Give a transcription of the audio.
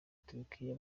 turukiya